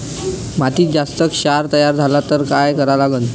मातीत जास्त क्षार तयार झाला तर काय करा लागन?